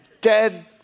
dead